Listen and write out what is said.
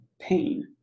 pain